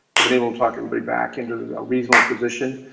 but been able to talk everybody back into a reasonable position.